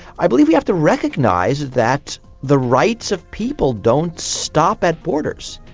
i believe we have to recognise that the rights of people don't stop at borders,